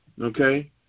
okay